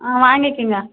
ஆ வாங்கிக்கங்க